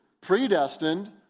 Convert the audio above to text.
predestined